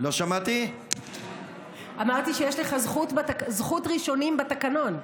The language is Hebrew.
אמרתי שיש לך זכות ראשונים בתקנון.